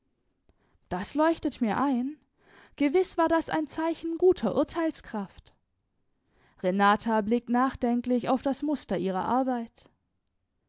das leuchtet mir ein gewiß war das ein zeichen guter urteilskraft renata blickt nachdenklich auf das muster ihrer arbeit